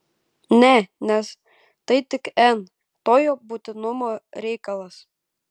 ne nes tai tik n tojo būtinumo reikalas